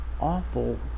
awful